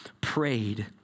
prayed